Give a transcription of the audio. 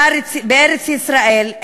בארץ-ישראל.